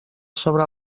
sobre